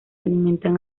alimentan